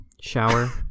Shower